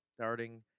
starting